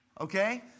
Okay